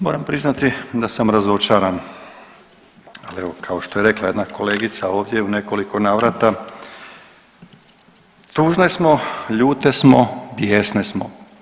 Moram priznati da sam razočaran, ali evo kao što je rekla kolegica ovdje u nekoliko navrata tužne smo, ljute smo, bijesne smo.